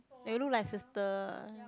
eh you look like sister